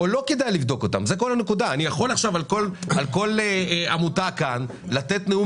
אני יכול להתעכב על כל עמותה ולתת נאום